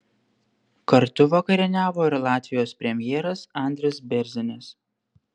kartu vakarieniavo ir latvijos premjeras andris bėrzinis